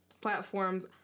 platforms